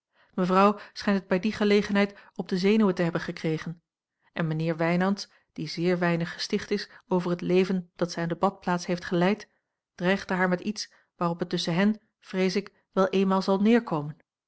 mevrouw schijnt het bij die gelegenheid op de zenuwen te hebben gekregen en mijnheer wijnands die zeer weinig gesticht is over het leven dat zij aan de badplaats heeft geleid dreigde haar met iets waarop het tusschen hen vrees ik wel eenmaal zal neerkomen